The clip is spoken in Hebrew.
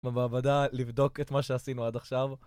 במעבדה לבדוק את מה שעשינו עד עכשיו